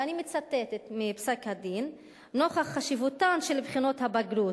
ואני מצטטת מפסק-הדין: "נוכח חשיבותן של בחינות הבגרות